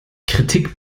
kritik